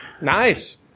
Nice